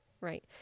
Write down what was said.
right